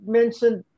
mentioned